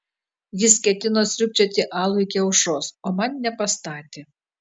jis ketino sriūbčioti alų iki aušros o man nepastatė